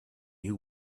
you